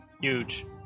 Huge